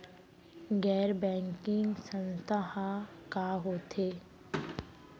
गैर बैंकिंग संस्था ह का होथे?